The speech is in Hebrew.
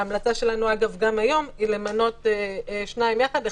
ההמלצה שלנו גם היום היא למנות שניים יחד.